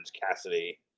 Cassidy